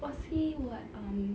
was he what um